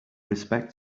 respect